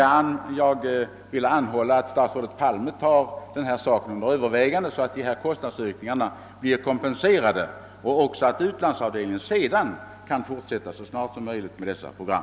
Jag anhåller emellertid att statsrådet Palme tar denna fråga under övervägande, så att dessa kostnadsökningar för ett annat år blir kompenserade och vädjar till utlandsavdelningen på Sveriges Radio att så snart som möjligt återuppta dessa Program.